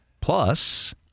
Plus